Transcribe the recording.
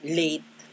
late